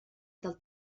del